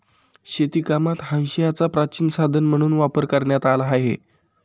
शेतीकामात हांशियाचा प्राचीन साधन म्हणून वापर करण्यात आला आहे